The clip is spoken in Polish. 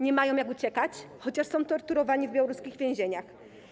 Nie mają jak uciekać, chociaż są torturowani w białoruskich więzieniach.